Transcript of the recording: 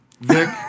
Vic